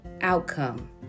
outcome